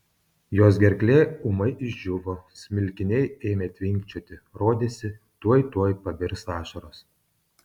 jos gerklė ūmai išdžiūvo smilkiniai ėmė tvinkčioti rodėsi tuoj tuoj pabirs ašaros